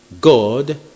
God